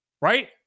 right